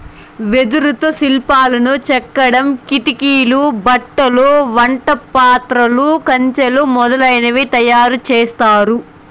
వెదురుతో శిల్పాలను చెక్కడం, కిటికీలు, బుట్టలు, వంట పాత్రలు, కంచెలు మొదలనవి తయారు చేత్తారు